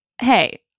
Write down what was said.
hey